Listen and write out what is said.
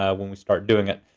ah when we start doing it.